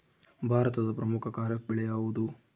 ಭಾರತದ ಪ್ರಮುಖ ಖಾರೇಫ್ ಬೆಳೆ ಯಾವುದು?